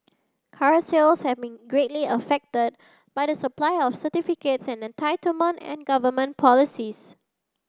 car sales can be greatly affected by the supply of certificates an entitlement and government policies